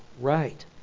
right